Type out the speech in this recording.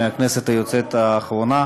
מהכנסת היוצאת האחרונה.